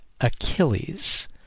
Achilles